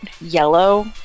yellow